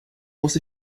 muss